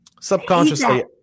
Subconsciously